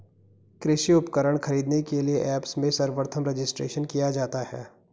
कृषि उपकरण खरीदने के लिए ऐप्स में सर्वप्रथम रजिस्ट्रेशन किया जाता है